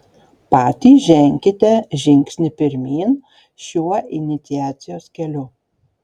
patys ženkite žingsnį pirmyn šiuo iniciacijos keliu